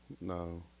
no